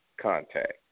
contact